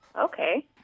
Okay